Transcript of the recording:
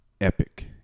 epic